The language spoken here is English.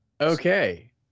Okay